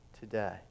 today